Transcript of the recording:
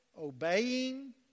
Obeying